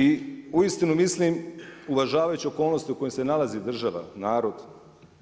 I uistinu mislim uvažavajući okolnosti u kojima se nalazi država, narod